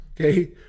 okay